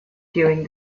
during